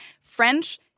French